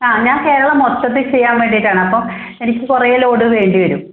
ആ ഞാൻ കേരളം മൊത്തത്തിൽ ചെയ്യാൻ വേണ്ടിയിട്ട് ആണ് അപ്പം എനിക്ക് കുറെ ലോഡ് വേണ്ടി വരും